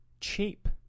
cheap